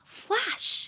flash